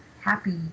happy